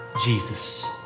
Jesus